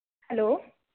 hello